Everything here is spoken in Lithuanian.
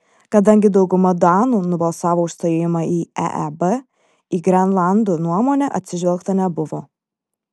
kadangi dauguma danų nubalsavo už stojimą į eeb į grenlandų nuomonę atsižvelgta nebuvo